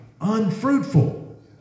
unfruitful